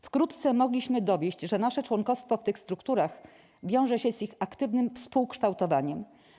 Wkrótce mogliśmy dowieść, że nasze członkostwo w tych strukturach wiąże się z ich aktywnym współkształtowaniem.